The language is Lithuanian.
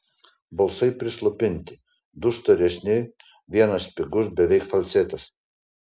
balsai prislopinti du storesni vienas spigus beveik falcetas